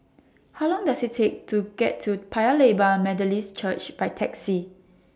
How Long Does IT Take to get to Paya Lebar Methodist Church By Taxi